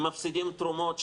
הם מפסידים תרומות,